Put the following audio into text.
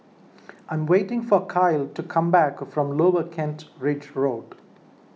I am waiting for Kyle to come back from Lower Kent Ridge Road